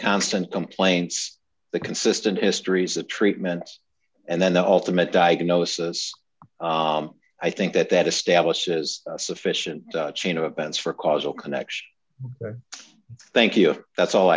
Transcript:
constant complaints the consistent histories of treatments and then the ultimate diagnosis i think that that establishes a sufficient chain of events for causal connection thank you that's all